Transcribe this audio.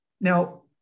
Now